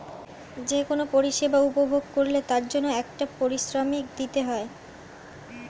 যে কোন পরিষেবা উপভোগ করলে তার জন্যে একটা পারিশ্রমিক দিতে হয়